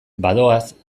badoaz